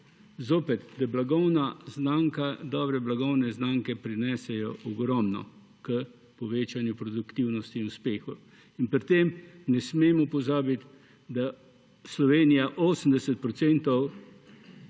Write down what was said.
s tem, da dobre blagovne znamke prinesejo ogromno k povečanju produktivnosti in uspehu. In pri tem ne smemo pozabiti, da Slovenija 80